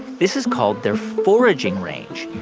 this is called their foraging range.